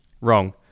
wrong